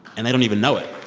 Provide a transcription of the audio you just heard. and they don't even know it